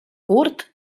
curt